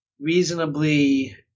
reasonably